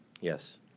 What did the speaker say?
Yes